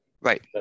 Right